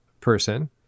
person